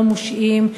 לא מושעים,